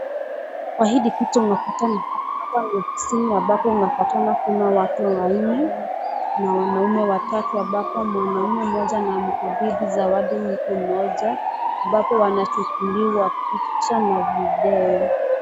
Kwa hii picha unapata ni ofisini ambapo ambapo unapata kuna watu wanne na wanaume watatu ambapo mwanaume mmoja anamkabidhi zawadi mtu mmoja ambapo wanachukuliwa picha na video.